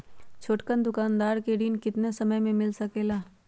छोटकन दुकानदार के ऋण कितने समय मे मिल सकेला?